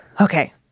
Okay